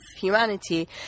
humanity